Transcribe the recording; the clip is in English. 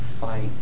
fight